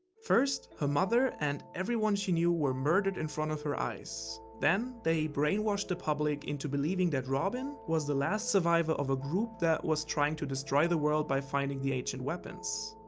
first her mother and everyone she knew were murdered in front of her eyes. then they brainwashed the public into believing that robin was the last survivor of a group that was trying to destroy the world, by finding the ancient weapons.